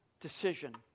decision